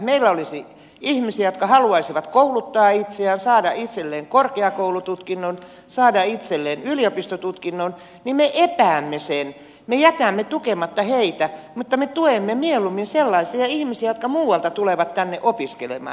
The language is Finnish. meillä olisi ihmisiä jotka haluaisivat kouluttaa itseään saada itselleen korkeakoulututkinnon saada itselleen yliopistotutkinnon ja me epäämme sen me jätämme tukematta heitä mutta me tuemme mieluummin sellaisia ihmisiä jotka muualta tulevat tänne opiskelemaan